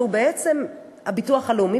שהוא בעצם הביטוח הלאומי,